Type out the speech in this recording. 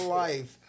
life